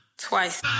Twice